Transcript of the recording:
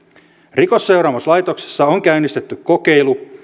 rikosseuraamuslaitoksessa on käynnistetty kokeilu